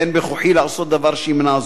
ואין בכוחי לעשות דבר שימנע זאת.